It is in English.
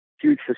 huge